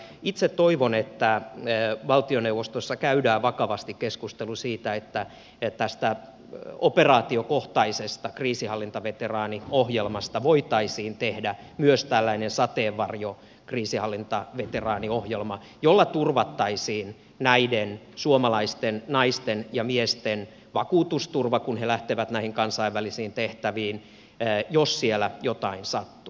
itse toivon että valtioneuvostossa käydään vakavasti keskustelu siitä että tästä operaatiokohtaisesta kriisinhallintaveteraaniohjelmasta voitaisiin tehdä myös tällainen sateenvarjokriisinhallintaveteraaniohjelma jolla turvattaisiin näiden suomalaisten naisten ja miesten vakuutusturva kun he lähtevät näihin kansainvälisiin tehtäviin jos siellä jotain sattuu